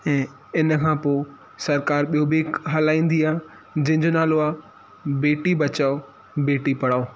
ऐं इन खां पोइ सरकार ॿियो बि हलाईंदी आहे जंहिंजो नालो आहे बेटी बचाओ बेटी पढ़ाओ